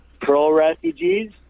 pro-refugees